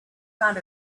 found